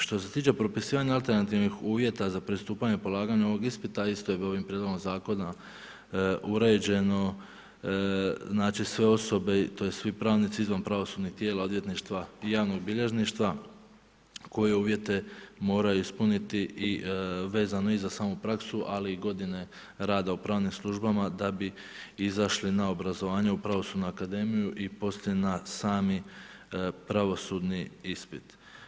Što se tiče propisivanja alternativnih uvjeta za pristupanje polaganju ovog ispita isto bi ovim prijedlogom zakona uređeno, znači sve osobe, tj. svi pravnici izvan pravosudnih tijela odvjetništva i javnog bilježništva koje uvjete moraju ispuniti vezano i za samu prakse, ali i godine rada u pravnim službama da bi izašli na obrazovanje u pravosudnu akademiju i poslije na sami pravosudni ispit.